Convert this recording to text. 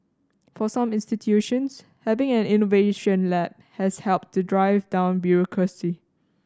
for some institutions having an innovation lab has helped to drive down bureaucracy